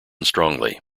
strongly